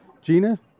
Gina